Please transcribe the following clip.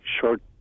short